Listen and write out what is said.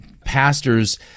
pastors